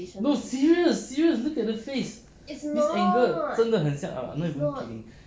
no serious serious look at the face this angle 真的很像 I'm not even kidding